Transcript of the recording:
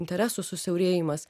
interesų susiaurėjimas